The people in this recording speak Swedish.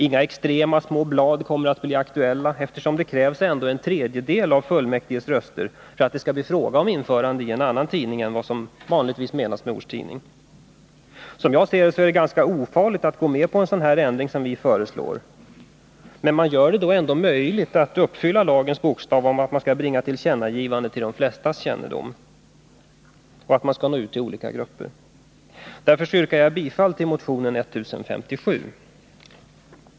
Inga extrema små blad kommer att bli aktuella, eftersom det ändå krävs en tredjedel av fullmäktiges röster för att det skall kunna bli fråga om införande av tillkännagivande i annan tidning än vad som vanligtvis menas med ortstidning. Som jag ser det är det ganska ofarligt att gå med på den av oss föreslagna ändringen. Man skulle ändå göra det möjligt att uppfylla lagens föreskrift om att tillkännagivandet skall bringas till de flestas kännedom och om att man skall nå ut till olika grupper. Därför yrkar jag bifall till motionen 1057.